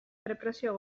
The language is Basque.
errepresio